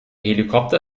helikopter